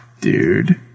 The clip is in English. Dude